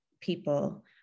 people